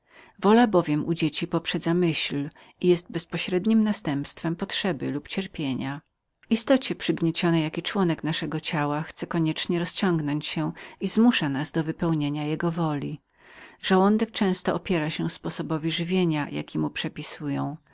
wola bowiem u dzieci poprzedza myśl i jest bezpośrednim wypadkiem potrzeby lub cierpienia w istocie przygnieciony jaki członek naszego ciała chce koniecznie rozciągnąć się i zmusza nas do wypełnienia jego woli żołądek często opiera się sposobowi utrzymania jaki mu przepisują